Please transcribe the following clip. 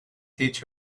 teach